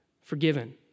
forgiven